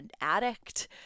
addict